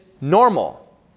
normal